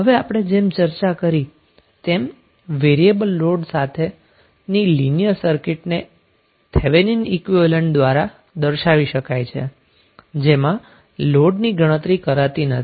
હવે આપણે જેમ ચર્ચા કરી તેમ વેરીએબલ લોડ સાથે ની લિનિયર સર્કિટને થેવેનિન ઈક્વીવેલેન્ટ દ્વારા દર્શાવી શકાય છે જેમાં લોડ ની ગણતરી કરાતી નથી